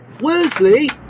Worsley